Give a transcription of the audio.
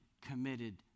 committed